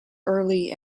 early